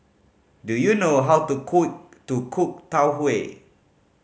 do you know how to cook to cook Tau Huay